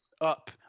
up